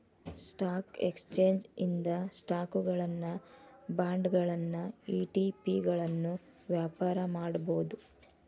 stock exchange ಇಂದ ಸ್ಟಾಕುಗಳನ್ನ ಬಾಂಡ್ಗಳನ್ನ ಇ.ಟಿ.ಪಿಗಳನ್ನ ವ್ಯಾಪಾರ ಮಾಡಬೋದು